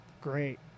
great